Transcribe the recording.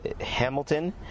Hamilton